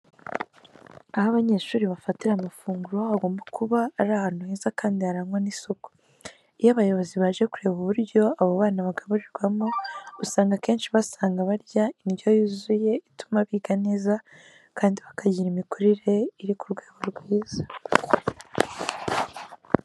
Aho abanyeshuri bafatira amafunguro hagomba kuba ari ahantu heza kandi harangwa n'isuku. Iyo abayobozi baje kureba uburyo abo bana bagaburirwamo usanga akenshi basanga barya indyo yuzuye ituma biga neza kandi bakagira imikurire uri ku rwego rwiza.